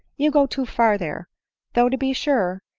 you go too far there though to be sure,